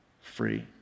free